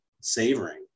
savoring